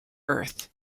earth